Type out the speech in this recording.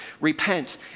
repent